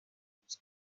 ums